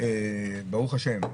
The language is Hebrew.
ברוך השם,